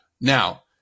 Now